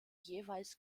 jeweils